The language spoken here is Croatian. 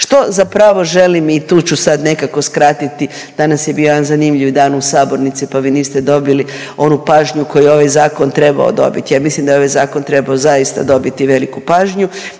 Što zapravo želim i tu ću sad nekako skratiti, danas je bio jedan zanimljiv dan u sabornici pa vi niste dobili onu pažnju koju je ovaj Zakon trebao dobiti, ja mislim da je ovaj Zakon trebao zaista dobiti veliku pažnju,